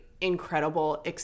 incredible